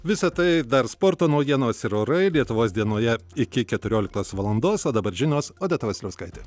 visa tai dar sporto naujienos ir orai lietuvos dienoje iki keturioliktos valandos o dabar žinos odeta vasiliauskaitė